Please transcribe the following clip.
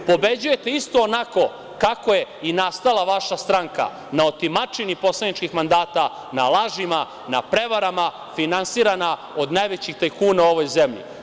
Pobeđujete isto onako kako je i nastala vaša stranka, na otimačini poslaničkih mandata, na lažima, na prevarama, finansirana od najvećih tajkuna u ovoj zemlji.